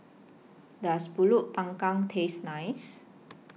Does Pulut Panggang Taste nice